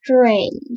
strange